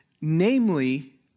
namely